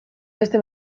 beste